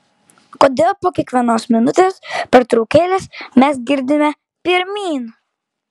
kodėl po kiekvienos minutės pertraukėlės mes girdime pirmyn